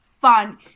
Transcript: fun